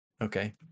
okay